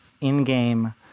in-game